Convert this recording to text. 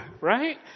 right